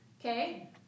Okay